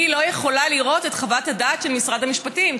אני לא יכולה לראות את חוות הדעת של משרד המשפטים,